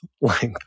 length